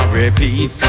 repeat